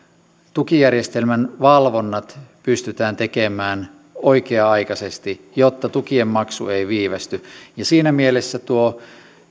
tukijärjestelmän valvonnat pystytään tekemään oikea aikaisesti jotta tukien maksu ei viivästy siinä mielessä